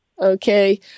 Okay